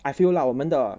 I feel lah 我们的